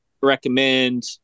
recommend